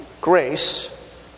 grace